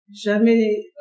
jamais